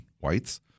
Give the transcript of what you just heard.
whites